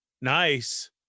Nice